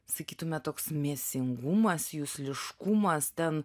sakytume toks mėsingumas jusliškumas ten